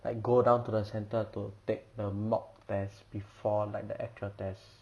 like go down to the centre to take the mock test before like the actual test